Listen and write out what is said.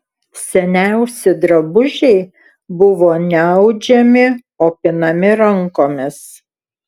seniausi drabužiai buvo ne audžiami o pinami rankomis